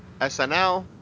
SNL